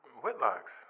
Whitlock's